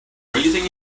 praising